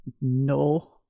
No